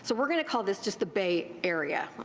so weire going to call this just the bay area.